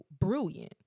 brilliant